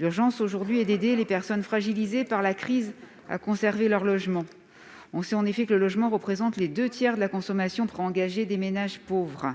L'urgence est d'aider les personnes fragilisées par la crise à conserver leur logement. On sait en effet que le logement représente les deux tiers de la consommation préengagée des ménages pauvres.